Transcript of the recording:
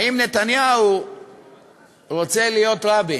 האם נתניהו רוצה להיות רבין?